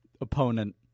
Opponent